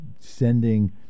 sending